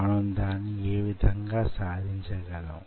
మనం దాన్ని యే విధంగా సాధించగలం